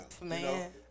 Man